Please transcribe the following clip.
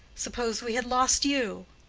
suppose we had lost you?